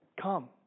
come